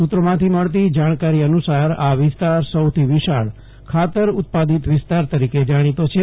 સુત્રોમાંથી મળતી જાણકારી અનુ સાર આ વિસ્તાર સૌથી વિશાળ ખાતર ઉત્પાદિત વિસ્તાર તરીકે જાણીતો છે